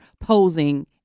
posing